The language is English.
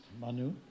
Manu